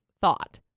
thought